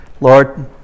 Lord